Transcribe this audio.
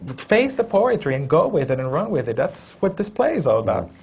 face the poetry and go with it and run with it. that's what this play is all about.